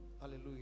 Hallelujah